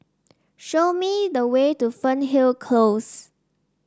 show me the way to Fernhill Close